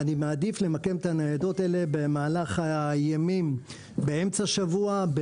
אני מעדיף למקם את הניידות האלה במהלך הימים באמצע שבוע.